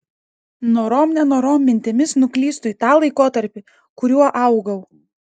norom nenorom mintimis nuklystu į tą laikotarpį kuriuo augau